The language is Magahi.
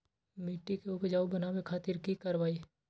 मिट्टी के उपजाऊ बनावे खातिर की करवाई?